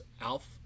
ALF